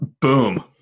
Boom